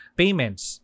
payments